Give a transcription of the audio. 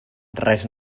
res